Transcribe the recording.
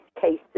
cases